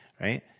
right